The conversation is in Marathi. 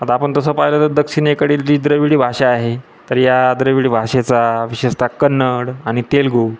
आता आपण तसं पाहिलं तर दक्षिणेकडील जी द्रविडी भाषा आहे तर या द्रविडी भाषेचा विशेषतः कन्नड आणि तेलगू